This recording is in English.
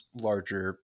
larger